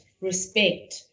respect